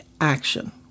action